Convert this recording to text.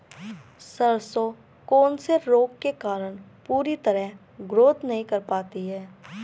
सरसों कौन से रोग के कारण पूरी तरह ग्रोथ नहीं कर पाती है?